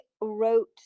wrote